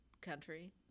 country